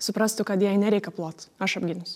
suprastų kad jai nereik aplot aš apgynus